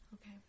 Okay